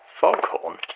foghorn